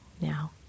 now